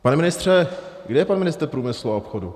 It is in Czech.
Pane ministře, kde je pan ministr průmyslu a obchodu?